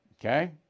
Okay